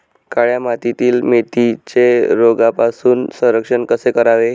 काळ्या मातीतील मेथीचे रोगापासून संरक्षण कसे करावे?